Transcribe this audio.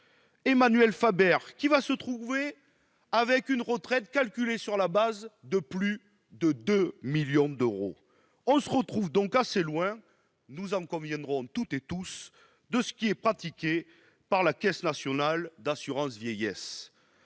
Emmanuel Faber, dont la retraite sera calculée sur la base de plus de 2 millions d'euros. Voilà qui est assez éloigné, nous en conviendrons toutes et tous, de ce qui est pratiqué par la Caisse nationale d'assurance vieillesse.